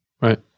Right